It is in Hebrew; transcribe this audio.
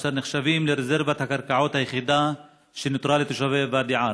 אשר נחשבות לרזרבת הקרקעות היחידה שנותרה לתושבי ואדי עארה.